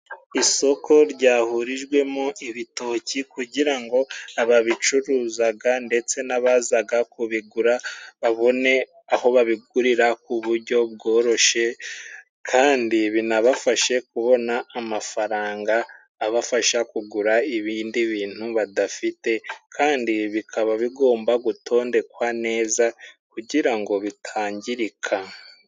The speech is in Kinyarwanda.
Isoko ryahurijwemo ibitoki kugira ngo ababicuruzaga ndetse n'abazaga kubigura babone aho babigurira ku buryo bworoshye, kandi binabafashe kubona amafaranga abafasha kugura ibindi bintu badafite, kandi bikaba bigomba gutondekwa neza kugira ngo bitangirika.